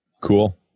Cool